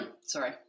Sorry